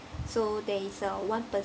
so there is a one percent